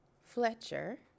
Fletcher